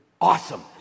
awesome